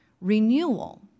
renewal